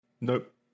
Nope